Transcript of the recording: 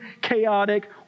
chaotic